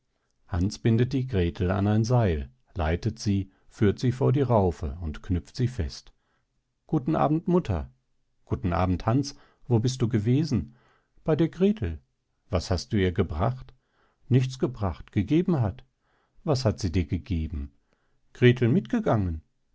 hans bindet die grethel an ein seil leitet sie führt sie vor die raufe und knüpft sie fest guten abend mutter guten abend hans wo bist du gewesen bei der grethel was hast du ihr gebracht nichts gebracht gegeben hat was hat sie dir gegeben grethel mitgegangen